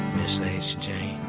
miss lacy jane